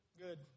good